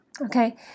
okay